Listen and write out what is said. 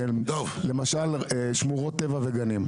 למשל שמורות טבע וגנים.